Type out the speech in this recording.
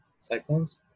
Cyclones